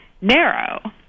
narrow